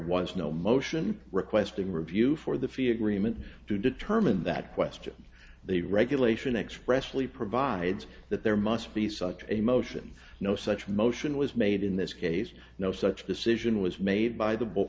was no motion requesting review for the fee agreement to determine that question the regulation expressly provides that there must be such a motion no such motion was made in this case no such decision was made by the book